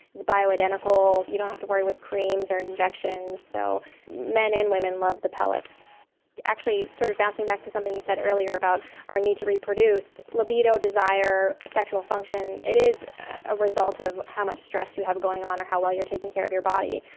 it's bio-identical you don't have to worry with creams or injections, so men and women love the pellets actually, sort of bouncing back to something you said earlier about our need to reproduce, libido, desire, sexual function, it is a result of how much stress you have going on, or how well you're taking care of your body,